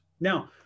Now